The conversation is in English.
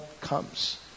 comes